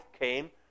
came